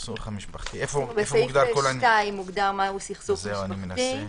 בסעיף 2 מוגדר מהו סכסוך משפחתי,